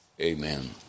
Amen